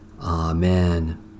Amen